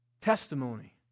Testimony